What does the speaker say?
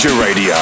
Radio